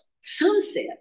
sunset